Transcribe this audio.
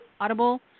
audible